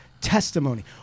testimony